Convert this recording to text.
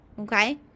okay